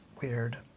weird